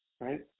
right